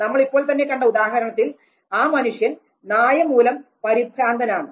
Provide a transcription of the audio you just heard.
നമ്മൾ ഇപ്പോൾ തന്നെ കണ്ട ഉദാഹരണത്തിൽ ആ മനുഷ്യൻ നായ മൂലം പരിഭ്രാന്തനാണ്